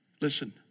Listen